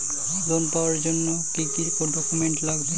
Loan পাওয়ার জন্যে কি কি ডকুমেন্ট লাগবে?